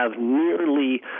nearly